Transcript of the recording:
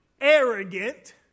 arrogant